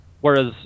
whereas